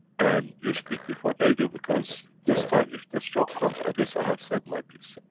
and you speak before they do, because, this time if the stroke comes at least i have said my piece.